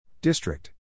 District